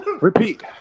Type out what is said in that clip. repeat